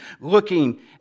looking